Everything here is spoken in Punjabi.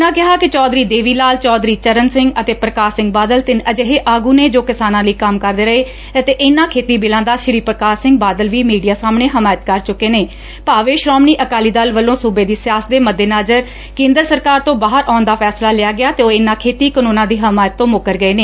ਉਨ੍ਹਾਂ ਕਿਹਾ ਕਿ ਚੌਧਰੀ ਦੇਵੀ ਲਾਲ ਚੌਧਰੀ ਚਰਨ ਸਿੰਘ ਅਤੇ ਪ੍ਰਕਾਸ਼ ਸਿੰਘ ਬਾਦਲ ਤਿੰਨ ਅਜਿਹੇ ਆਗੁ ਨੇ ਜੋ ਕਿਸਾਨਾ ਲਈ ਕੰਮ ਕਰਦੇ ਰਹੇ ਅਤੇ ਇਨਾ ਖੇਡੀ ਬਿੱਲਾ ਦੀ ਸ੍ਸੀ ਪ੍ਰਕਾਸ਼ ਸਿੰਘ ਬਾਦਲ ਵੀ ਮੀਡੀਆ ਸਾਹਮਣੇ ਹਿਮਾਇਤ ਕਰ ਬੁੱਕੇ ਨੇ ਭਾਵੇਂ ਸ੍ਰੋਮਣੀ ਅਕਾਲੀ ਦਲ ਵਲੋਂ ਸੂਬੇ ਦੀ ਸਿਆਸਤ ਦੇ ਮੱਦੇਨਜ਼ਰ ਕੇ ਦਰ ਸਰਕਾਰ ਤੋਂ ਬਾਹਰ ਆਉਣ ਦਾ ਫੈਸਲਾ ਲਿਆ ਗਿਐ ਅਤੇ ਉਹ ਇਨੂਾਂ ਖੇਤੀ ਕਾਨੂੰਨਾਂ ਦੀ ਹਿਮਾਇਤ ਤੋਂ ਮੁਕਰ ਗਏ ਨੇ